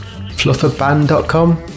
Flufferband.com